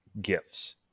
gifts